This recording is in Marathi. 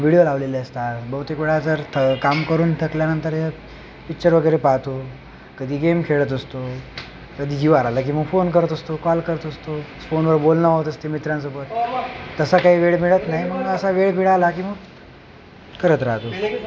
व्हिडिओ लावलेले असतात बहुतेक वेळा तर काम करून थकल्यानंतर पिक्चर वगैरे पाहतो कधी गेम खेळत असतो कधी जीवावर आलं की मग फोन करत असतो कॉल करत असतो फोनवर बोलणं होत असते मित्रांसोबत तसा काही वेळ मिळत नाही मग असा वेळ मिळाला की मग करत राहतो